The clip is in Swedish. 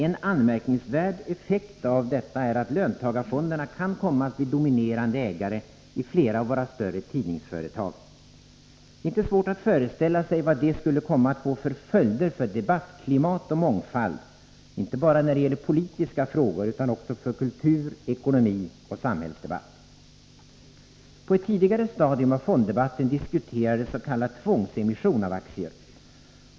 En anmärkningsvärd effekt av detta är att löntagarfonderna kan komma att bli dominerande ägare i flera av våra större tidningsföretag. Det är inte svårt att föreställa sig vad detta skulle komma att få för följder för debattklimat och mångfald, inte bara vad gäller politiska frågor utan också för kultur, ekonomi och samhällsdebatt. På ett tidigare stadium av fonddebatten diskuterades s.k. tvångsemission av aktier.